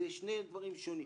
אלה שני דברים שונים.